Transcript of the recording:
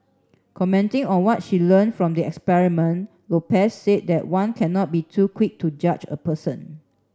commenting on what she learnt from the experiment Lopez said that one cannot be too quick to judge a person